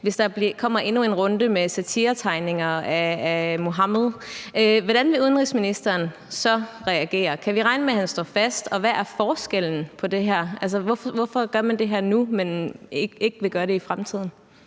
hvis der kommer endnu en runde med satiretegninger af Muhammed. Hvordan vil udenrigsministeren så reagere? Kan vi regne med, at han står fast? Og hvad er forskellen her, altså hvorfor gør man det her nu, men vil ikke gøre det i fremtiden?